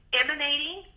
emanating